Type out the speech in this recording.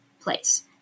place